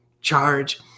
charge